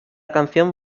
canción